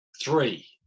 three